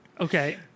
okay